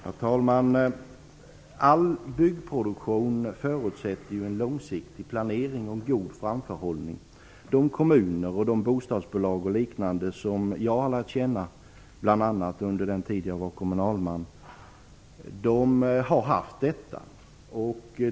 Herr talman! All byggproduktion förutsätter en långsiktig planering och en god framförhållning. Kommuner, bostadsbolag osv. som jag lärde känna bl.a. under min tid som kommunalman har haft en sådan.